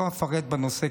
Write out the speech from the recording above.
לא אפרט בנושא,